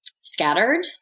scattered